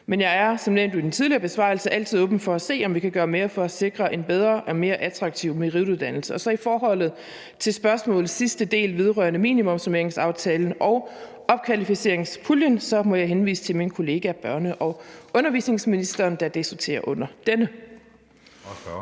men jeg er som nævnt i min tidligere besvarelse altid åben for at se, om vi kan gøre mere for at sikre en bedre og mere attraktiv merituddannelse. Så må jeg i forhold til spørgsmålets sidste del vedrørende minimumsnormeringsaftalen og opkvalificeringspuljen henvise til min kollega børne- og undervisningsministeren, da det sorterer under denne.